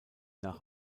nach